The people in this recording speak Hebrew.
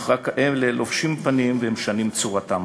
אך אלה לובשים פנים ומשנים צורה.